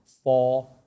Four